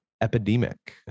epidemic